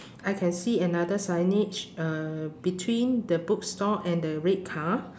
I can see another signage uh between the bookstore and the red car